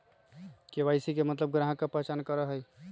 KYC के मतलब ग्राहक का पहचान करहई?